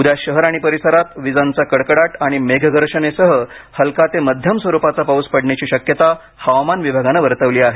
उद्या शहर आणि परिसरात विजांचा कडकडाट आणि मेघगर्जनेसह हलका ते माध्यम स्वरूपाचा पाऊस पडण्याची शक्यता हवामान विभागानं वर्तवली आहे